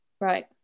Right